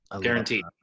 Guaranteed